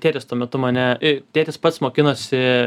tėtis tuo metu mane i tėtis pats mokinosi